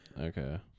Okay